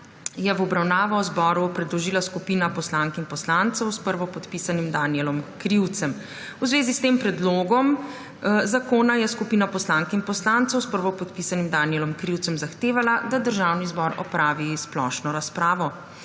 je v obravnavo zboru predložila skupina poslank in poslancev s prvopodpisanim Danijelom Krivcem. V zvezi s tem predlogom zakona je skupina poslank in poslancev s prvopodpisanim Danijelom Krivcem zahtevala, da Državni zbor opravi splošno razpravo.